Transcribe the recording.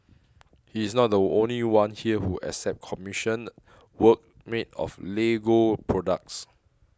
he is not the only one here who accepts commissioned work made of Lego products